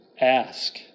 ask